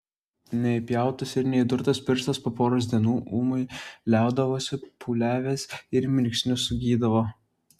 neįpjautas ir neįdurtas pirštas po poros dienų ūmai liaudavosi pūliavęs ir mirksniu sugydavo